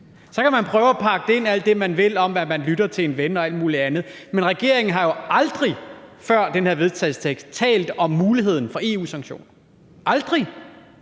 Så kan man prøve at pakke det ind alt det, man vil, om, at man lytter til en ven og alt muligt andet, men regeringen har jo aldrig før det her forslag til vedtagelse talt om muligheden for EU-sanktioner – aldrig